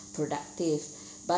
productive but